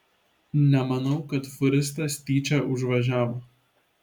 nemanau kad fūristas tyčia užvažiavo